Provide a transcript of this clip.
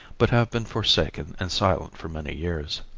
but have been forsaken and silent for many years.